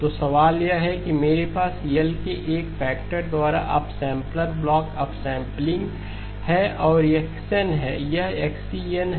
तो सवाल यह है कि मेरे पास L के एक फैक्टर द्वारा अपस्मैपलर ब्लॉक अपसम्पलिंग है और यह x n है यह XEn है